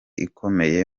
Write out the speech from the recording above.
ikomeye